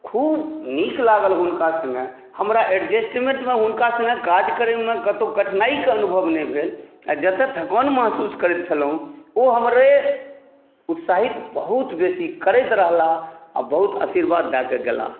खुब नीक लागल हुनका सङ्गे हमरा एडजेस्टमेन्टमे हुनका सङ्गे काज करैमे कतौ कठिनाइके अनुभव नहि भेल आ जतऽ थकान महसूस करै छलहुँ ओ हमरे उत्साहित बहुत बेसी करैत रहला आ बहुत आशीर्वाद दऽ कऽ गेला